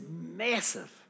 massive